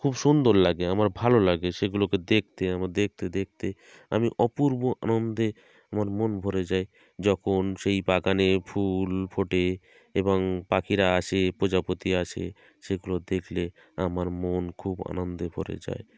খুব সুন্দর লাগে আমার ভালো লাগে সেগুলোকে দেখতে আমি দেখতে দেখতে আমি অপূর্ব আনন্দে আমার মন ভরে যায় যখন সেই বাগানে ফুল ফোটে এবং পাখিরা আসে প্রজাপতি আসে সেগুলো দেখলে আমার মন খুব আনন্দে ভরে যায়